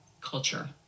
culture